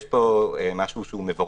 יש פה משהו שהוא מבורך.